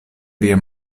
via